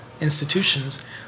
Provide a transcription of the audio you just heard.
institutions